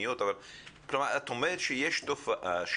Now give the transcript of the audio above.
הפתרון הוא מאוד מאוד